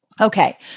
Okay